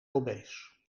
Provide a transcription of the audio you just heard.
obees